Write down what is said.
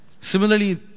similarly